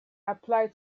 apply